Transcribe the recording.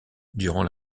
durant